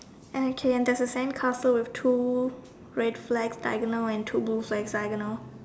and okay and there's a sand castle with two red flag diagonal and two blue flag diagonal